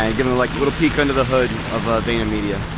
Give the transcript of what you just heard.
give them like a little peek under the hood of ah vayner media.